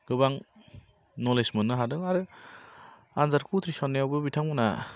गोबां नलेज मोननो हादों आरो आन्जादखौ उथ्रिसारनायावबो बिथांमोनहा